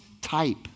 type